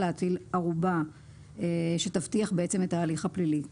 להטיל ערובה שתבטיח את ההליך הפלילי.